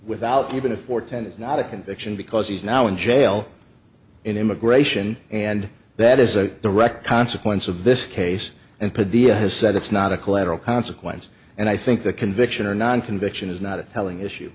without even a fourth and it's not a conviction because he's now in jail in immigration and that is a direct consequence of this case and put the a has said it's not a collateral consequence and i think the conviction or non conviction is not a telling issue